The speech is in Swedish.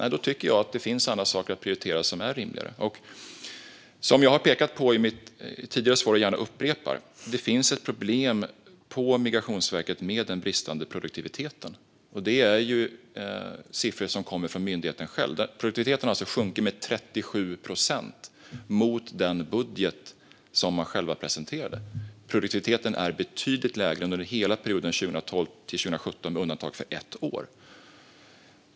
Jag tycker att det finns andra och rimligare saker att prioritera. Som jag har pekat på i mitt tidigare svar och gärna upprepar finns det ett problem på Migrationsverket med den bristande produktiviteten. Det är siffror som kommer från myndigheten själv. Produktiviteten har alltså sjunkit med 37 procent mot den budget som man själv presenterade. Produktiviteten är betydligt lägre än under hela perioden 2012-2017 med undantag för ett år.